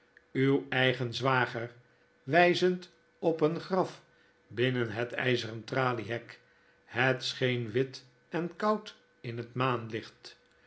uw eigen zwager wyzend op een graf binnen het yzeren traliehek het scheen wit en koud in het maanlicht